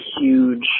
huge